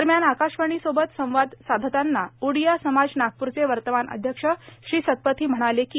दरम्यान आकाशवाणी सोबत संवाद साधताना उडिया समाज नागप्रचे वर्तमान अध्यक्ष श्री सत्पथी म्हणाले की